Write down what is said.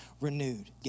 renewed